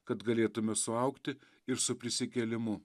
kad galėtume suaugti ir su prisikėlimu